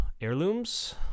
heirlooms